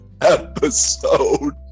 episode